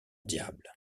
diable